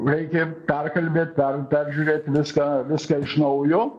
reikia perkalbėt per peržiūrėt viską viską iš naujo